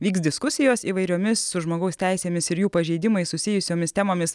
vyks diskusijos įvairiomis su žmogaus teisėmis ir jų pažeidimai susijusiomis temomis